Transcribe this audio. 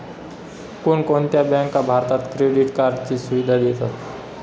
कोणकोणत्या बँका भारतात क्रेडिट कार्डची सुविधा देतात?